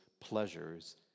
pleasures